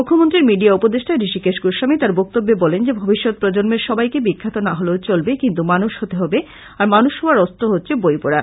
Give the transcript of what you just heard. মৃখ্যমন্ত্রীর media উপদেষ্টা হৃষীকেশ গোস্বামী তার বক্তব্যে বলেন যে ভবিষ্যৎ প্রজন্মের সবাইকে বিখ্যাত না হলেও চলবে কিন্ত মানুষ হতে হবে আর মানুষ হওয়ার অস্ত্র হচ্ছে বই পড়া